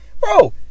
Bro